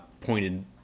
pointed